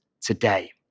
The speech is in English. today